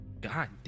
God